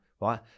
Right